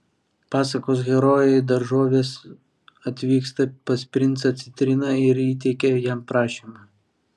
pasakos herojai daržovės atvyksta pas princą citriną ir įteikia jam prašymą